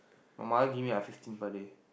my mother give me like fifty per day